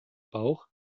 bauch